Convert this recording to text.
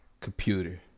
computer